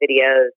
videos